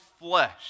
flesh